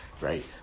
right